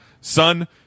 Son